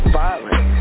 violent